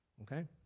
okay?